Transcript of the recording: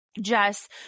Jess